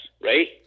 right